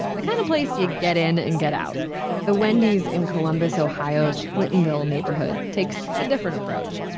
the kind of place you get in and get out the wendy's in columbus, ohio's, clintonville neighborhood takes a different approach.